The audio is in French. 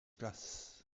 places